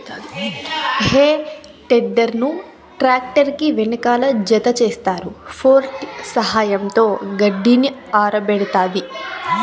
హే tedder ను tractor కి వెనకాల జతచేస్తారు, ఫోర్క్ల సహాయంతో గడ్డిని ఆరబెడతాది